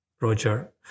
Roger